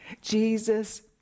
Jesus